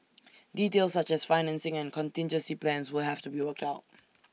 details such as financing and contingency plans will have to be worked out